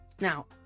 Now